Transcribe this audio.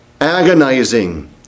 agonizing